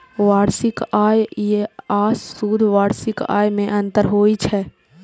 वार्षिक आय आ शुद्ध वार्षिक आय मे अंतर होइ छै